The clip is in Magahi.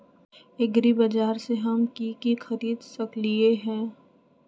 एग्रीबाजार से हम की की खरीद सकलियै ह?